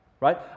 right